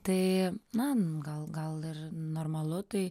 tai nan gal gal ir normalu tai